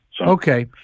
Okay